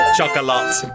Chocolate